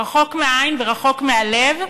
רחוק מהעין ורחוק מהלב,